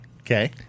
Okay